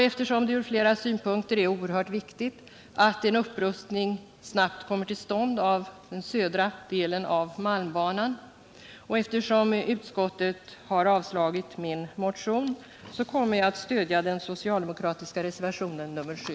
Eftersom det från flera synpunkter är oerhört viktigt att en upprustning snabbt kommer till stånd av den södra delen av malmbanan, och eftersom utskottet har avstyrkt min motion, kommer jag att stödja den socialdemokratiska reservationen 7.